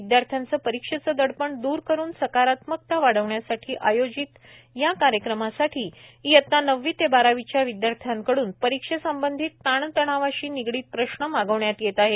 विद्यार्थ्यांचं परीक्षेचं दडपण द्र करुन सकारात्मकता वाढवण्यासाठी आयोजित या कार्यक्रमासाठी इयत्ता नववी ते बारावीच्या विद्यार्थ्यांकडून परीक्षेसंबंधीत ताण तणावाशी निगडीत प्रश्न मागवण्यात येत आहेत